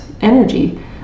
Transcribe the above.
energy